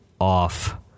off